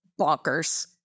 bonkers